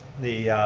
the